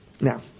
Now